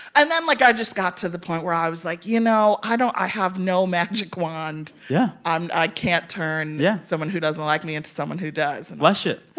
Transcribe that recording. and then like, i just got to the point where i was like, you know, i don't i have no magic wand yeah i can't turn. yeah. someone who doesn't like me into someone who does and. flush it